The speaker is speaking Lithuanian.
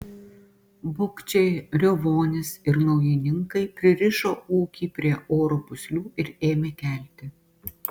bukčiai riovonys ir naujininkai pririšo ūkį prie oro pūslių ir ėmė kelti